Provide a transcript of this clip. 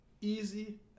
easy